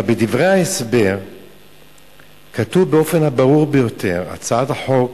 אבל בדברי ההסבר כתוב באופן הברור ביותר: "הצעת החוק